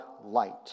light